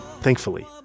Thankfully